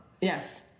Yes